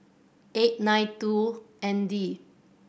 eight nine two and D